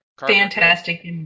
Fantastic